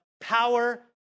power